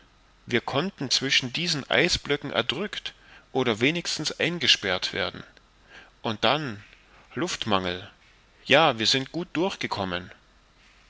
wir konnten zwischen diesen eisblöcken erdrückt oder wenigstens eingesperrt werden und dann luftmangel ja wir sind gut durchgekommen